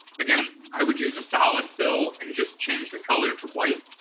again, i would use a solid fill and just change the color to white.